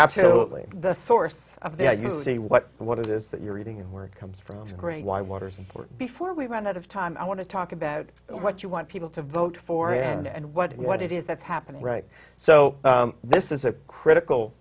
absolutely the source of the you see what the what it is that you're eating and where it comes from grain why water before we run out of time i want to talk about what you want people to vote for and what it what it is that's happening right so this is a critical